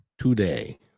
today